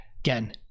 Again